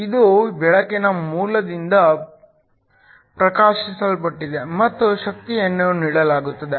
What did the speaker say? ಇದು ಬೆಳಕಿನ ಮೂಲದಿಂದ ಪ್ರಕಾಶಿಸಲ್ಪಟ್ಟಿದೆ ಮತ್ತು ಶಕ್ತಿಯನ್ನು ನೀಡಲಾಗುತ್ತದೆ